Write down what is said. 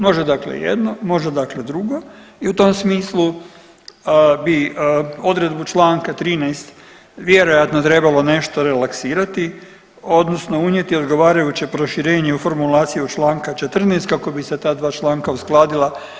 Može dakle jedno, može dakle drugo i u tom smislu bi odredbu čl. 13 vjerojatno trebalo nešto relaksirati odnosno unijeti odgovarajuće proširenje u formulaciji od čl. 14 kako bi se ta dva članka uskladila.